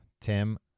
Tim